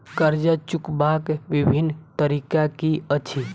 कर्जा चुकबाक बिभिन्न तरीका की अछि?